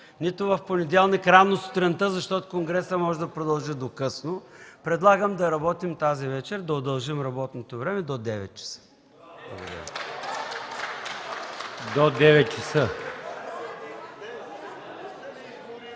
нито в понеделник рано сутринта, защото конгресът може да продължи до късно, предлагам да работим тази вечер. Да удължим работното време до 9,00 ч.